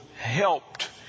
helped